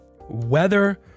Weather